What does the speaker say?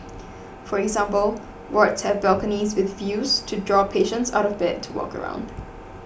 for example wards have balconies with views to draw patients out of bed to walk around